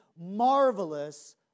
marvelous